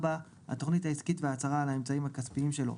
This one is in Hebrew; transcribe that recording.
4. התוכנית העסקית וההצהרה על האמצעיים הכספיים שלו,